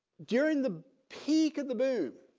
during the peak of the boom.